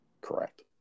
Correct